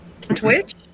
Twitch